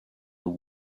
with